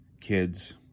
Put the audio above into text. Kids